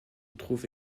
trouve